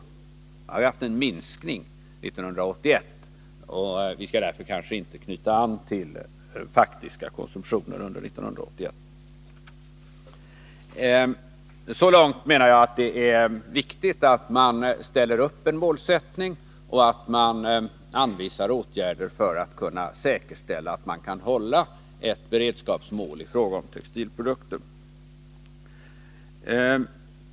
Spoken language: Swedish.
Emellertid har vi haft en minskning under 1981, och vi skall därför kanske inte knyta an till den faktiska konsumtionen under 1981. Så långt menar jag att det är viktigt att man gör upp en målsättning och att man anvisar åtgärder som säkerställer att ett beredskapsmål i fråga om textilprodukter kan upprätthållas.